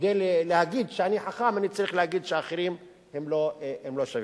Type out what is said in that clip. כדי להגיד שאני חכם אני צריך להגיד שאחרים לא שווים.